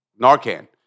Narcan